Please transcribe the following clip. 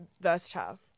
versatile